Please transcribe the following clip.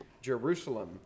Jerusalem